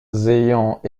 ayant